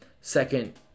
second